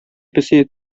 песи